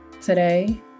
today